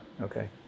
okay